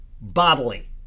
bodily